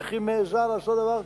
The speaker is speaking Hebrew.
איך היא מעזה לעשות דבר כזה?